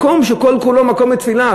מקום שכל כולו מקום לתפילה,